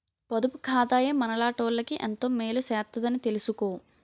పొదుపు ఖాతాయే మనలాటోళ్ళకి ఎంతో మేలు సేత్తదని తెలిసుకో